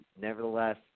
nevertheless